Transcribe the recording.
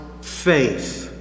faith